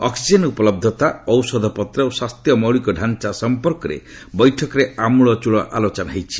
oxygen ଉପଲବ୍ଧତା ଔଷଧପତ୍ର ଓ ସ୍ୱାସ୍ଥ୍ୟ ମୌଳିକ ଢାଞ୍ଚା ସମ୍ପର୍କରେ ବୈଠକରେ ଆମୂଳଚୂଳ ଆଲୋଚନା ହୋଇଛି